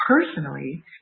personally